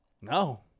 No